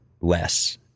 less